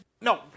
No